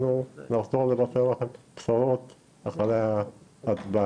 אנחנו נחזור לבשר לכם בשורות אחרי ההצבעה.